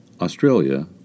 Australia